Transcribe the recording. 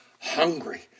hungry